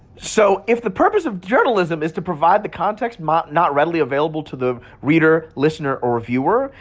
so if the purpose of journalism is to provide the context not not readily available to the reader, listener or viewer,